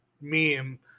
meme